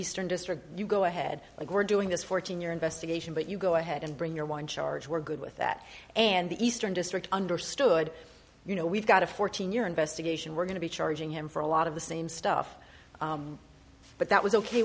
eastern district you go ahead we're doing this fourteen year investigation but you go ahead and bring your one charge we're good with that and the eastern district understood you know we've got a fourteen year investigation we're going to be charging him for a lot of the same stuff but that was ok